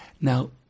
Now